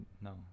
no